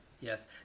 Yes